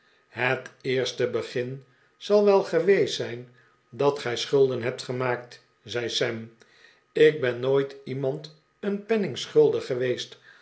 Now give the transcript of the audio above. het eerste begin zal wel geweest zijn dat gij schulden hebt gemaakt zei sam ik ben nooit iemand een penning schuldig geweest